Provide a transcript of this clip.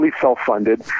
self-funded